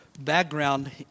background